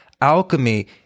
alchemy